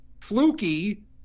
fluky